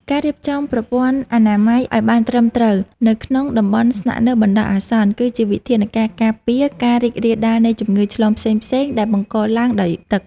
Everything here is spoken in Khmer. ការរៀបចំប្រព័ន្ធអនាម័យឱ្យបានត្រឹមត្រូវនៅក្នុងតំបន់ស្នាក់នៅបណ្តោះអាសន្ន គឺជាវិធានការការពារការរីករាលដាលនៃជំងឺឆ្លងផ្សេងៗដែលបង្កឡើងដោយទឹក។